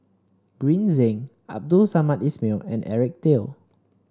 Green Zeng Abdul Samad Ismail and Eric Teo